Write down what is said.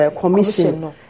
Commission